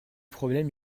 problèmes